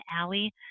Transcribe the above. alley